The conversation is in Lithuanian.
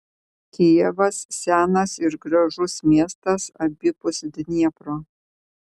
kijevas senas ir gražus miestas abipus dniepro